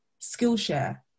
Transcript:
skillshare